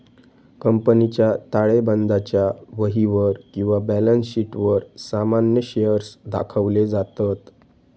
कंपनीच्या ताळेबंदाच्या वहीवर किंवा बॅलन्स शीटवर सामान्य शेअर्स दाखवले जातत